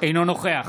אינו נוכח